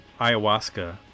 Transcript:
ayahuasca